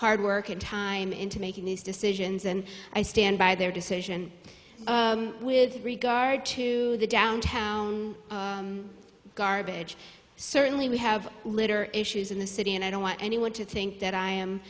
hard work and time into making these decisions and i stand by their decision with regard to the downtown garbage certainly we have litter issues in the city and i don't want anyone to think that i am